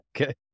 Okay